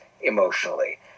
emotionally